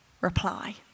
reply